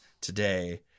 today